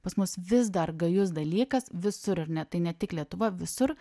pas mus vis dar gajus dalykas visur ar ne tai ne tik lietuvoj visur